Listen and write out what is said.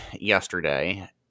yesterday